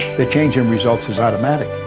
the change in results is automatic.